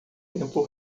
tempo